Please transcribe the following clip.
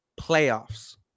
playoffs